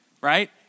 right